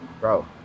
bro